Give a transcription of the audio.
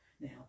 Now